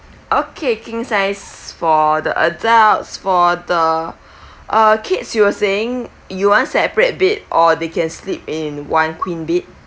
okay king size for the adults for the uh kids you were saying you want separate bed or they can sleep in one queen bed